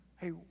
Hey